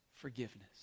forgiveness